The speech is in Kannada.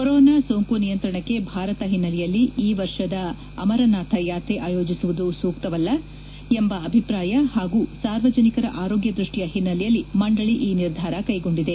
ಕೊರೋನಾ ಸೋಂಕು ನಿಯಂತ್ರಣಕ್ಕೆ ಭಾರತ ಹಿನ್ನೆಲೆಯಲ್ಲಿ ಈ ವರ್ಷದ ಅಮರನಾಥ ಯಾತ್ರೆ ಆಯೋಜಿಸುವುದು ಸೂಕ್ತವಲ್ಲ ಎಂಬ ಅಭಿಪ್ರಾಯ ಹಾಗೂ ಸಾರ್ವಜನಿಕರ ಆರೋಗ್ಯ ದೃಷ್ಟಿಯ ಹಿನ್ಸೆಲೆಯಲ್ಲಿ ಮಂದಳಿ ಈ ನಿರ್ಧಾರ ಕೈಗೊಂಡಿದೆ